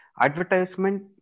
advertisement